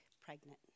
pregnant